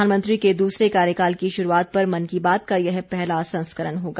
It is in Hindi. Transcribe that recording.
प्रधानमंत्री के दूसरे कार्यकाल की शुरूआत पर मन की बात का यह पहला संस्करण होगा